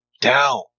down